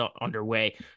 underway